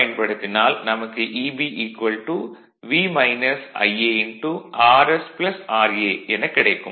பயன்படுத்தினால் நமக்கு Eb V Ia Rs ra எனக் கிடைக்கும்